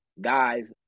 guys